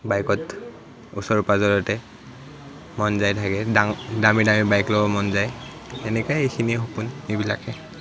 বাইকত ওচৰ পাজৰতে মন যাই থাকে দামী দামী বাইক ল'ব মন যায় সেনেকুৱাই এইখিনিয়ে সপোন এইবিলাকে